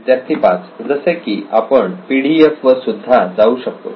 विद्यार्थी 5 जसे की आपण पीडीएफ वर सुद्धा जाऊ शकतो